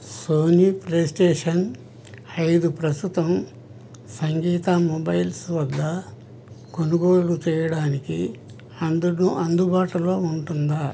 Sony PlayStation ఐదు ప్రస్తుతం Sangeetha mobiles వద్ద కొనుగోలు చేయడానికి అందదు అందుబాటులో ఉంటుందా